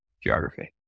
geography